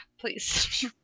please